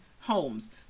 homes